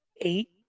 eight